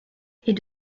est